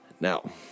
Now